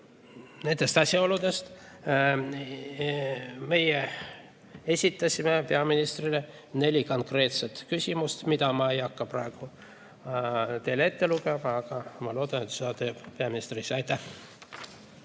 nendest asjaoludest, me esitasime peaministrile neli konkreetset küsimust, mida ma ei hakka praegu teile ette lugema, sest ma loodan, et seda teeb peaminister ise.